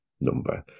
number